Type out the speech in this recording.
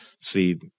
see